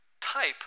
type